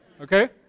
Okay